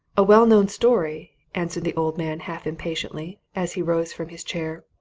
a well-known story! answered the old man half-impatiently, as he rose from his chair.